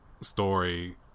story